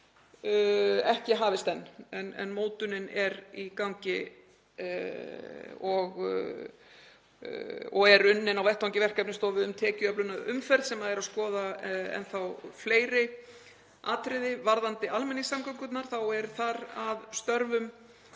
ekki hafist enn. En mótunin er í gangi og er unnin á vettvangi verkefnisstofu um tekjuöflun af umferð sem er að skoða enn fleiri atriði. Varðandi almenningssamgöngurnar er að störfum